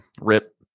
Rip